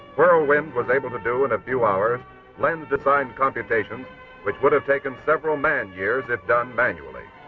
whirlwind was able to do in a few hours lens design computations which would have taken several man-years if done manually.